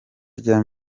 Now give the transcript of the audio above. rya